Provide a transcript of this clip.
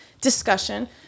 discussion